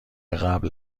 قبل